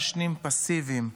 כאשר 10% מהם הינם מעשנים פסיביים.